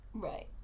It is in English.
Right